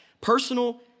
personal